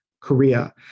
Korea